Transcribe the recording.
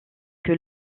que